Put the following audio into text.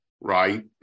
right